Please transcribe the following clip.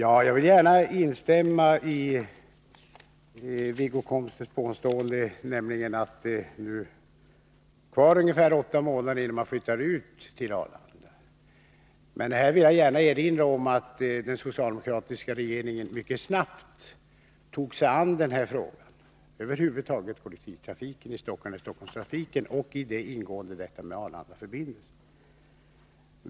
Herr talman! Jag instämmer i Wiggo Komstedts påstående, att det nu är ungefär åtta månader kvar tills man flyttar ut till Arlanda. Men här vill jag gärna erinra om att den socialdemokratiska regeringen mycket snabbt tog sig an frågan om kollektivtrafiken i Stockholm över huvud taget. I detta ingår Arlandaförbindelserna.